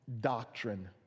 doctrine